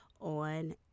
on